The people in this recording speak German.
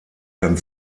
kann